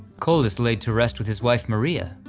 cole is laid to rest with his wife maria,